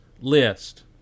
list